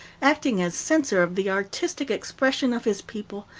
acting as censor of the artistic expression of his people,